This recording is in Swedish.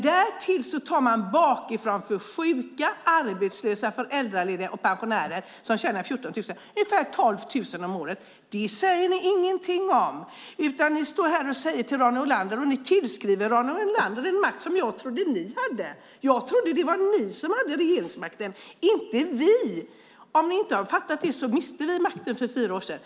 Därtill tar man ungefär 12 000 om året från sjuka, arbetslösa, föräldralediga och pensionärer som tjänar 14 000. Det säger ni ingenting om. Ni tillskriver Ronny Olander en makt som jag trodde att ni hade. Jag trodde att det var ni som hade regeringsmakten, inte vi. Ni kanske inte har fattat det, men vi miste makten för fyra år sedan.